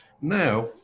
Now